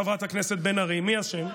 חברת הכנסת בן ארי, מי אשם?